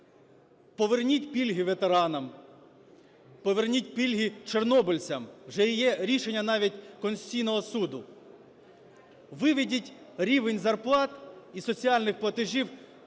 Поверніть пільги ветеранам, поверніть пільги чорнобильцям, вже є рішення навіть Конституційного Суду, виведіть рівень зарплат і соціальних платежів